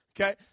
Okay